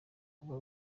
uba